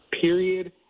Period